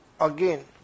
again